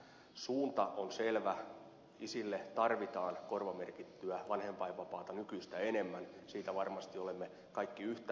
suunta on selvä isille tarvitaan korvamerkittyä vanhempainvapaata nykyistä enemmän siitä varmasti olemme kaikki yhtä mieltä